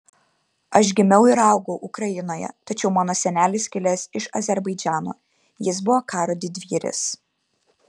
aš gimiau ir augau ukrainoje tačiau mano senelis kilęs iš azerbaidžano jis buvo karo didvyris